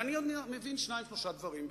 אני מבין שניים-שלושה דברים בכך.